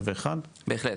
בהחלט.